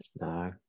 No